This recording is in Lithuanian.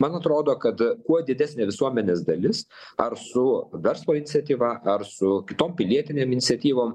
man atrodo kad kuo didesnė visuomenės dalis ar su verslo iniciatyva ar su kitom pilietinėm iniciatyvom